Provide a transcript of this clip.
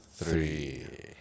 three